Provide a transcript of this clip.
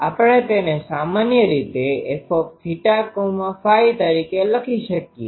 આપણે તેને સામાન્ય રીતે fθΦ તરીકે લખીએ છીએ